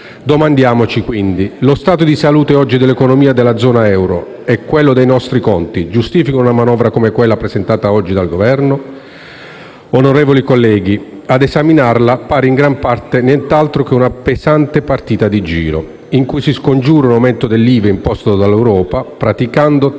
Domandiamoci quindi: l'odierno stato di salute dell'economia della zona euro e quello dei nostri conti giustificano una manovra come quella presentata oggi dal Governo? Onorevoli colleghi, ad esaminarla, questa manovra, pare in gran parte niente altro che una pesante partita di giro, in cui si scongiura un aumento dell'IVA imposto dall'Europa praticando tagli